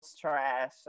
trash